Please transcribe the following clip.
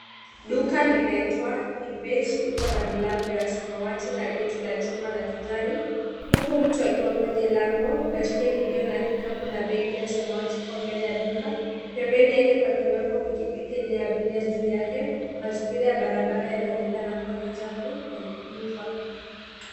Duka linaitwa In Base, iko na milango ya samawati na geti la chuma la kijani. Huku mtu akiwa kwenye lango, baiskeli iliyo na kikapu na begi ya samaki iko mbele ya duk. Pembeni yake pakiwepo pikipiki yenye abiria juu yake,. Mazingira ya barabara yanaonekana kuwa na uchafu na nyufa.